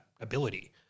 ability